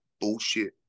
bullshit